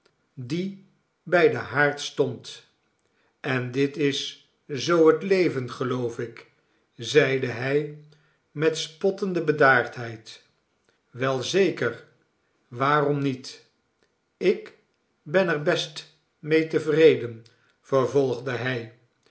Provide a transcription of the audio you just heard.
die bij den haard stond en dit is zoo het leven geloof ik zeide hij met spottende bedaardheid wei zeker waarom niet ik ben er best mee tevreden vervolgde hij